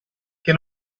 che